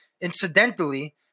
Incidentally